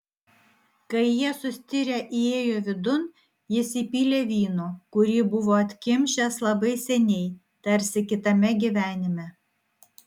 kai jie sustirę įėjo vidun jis įpylė vyno kurį buvo atkimšęs labai seniai tarsi kitame gyvenime